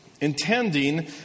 intending